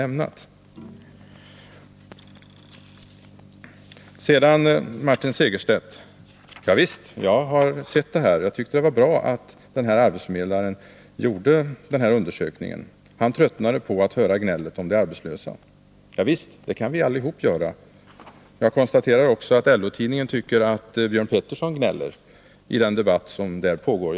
Så till Martin Segerstedt: Ja visst, jag har sett det här, och jag tycker att det 119 var bra att arbetsförmedlaren gjorde en sådan undersökning. Han tröttnade på att höra gnället om de arbetslösa, och det kan vi allihop göra. Jag konstaterar också att LO-tidningen tycker att Björn Pettersson gnäller i den debatt som där pågår.